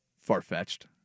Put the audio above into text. Far-fetched